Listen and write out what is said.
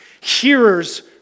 Hearers